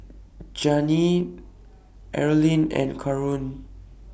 Jeanine Arlene and Karon